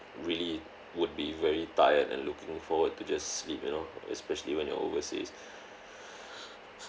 really would be very tired and looking forward to just sleep you know especially when you're overseas